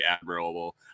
admirable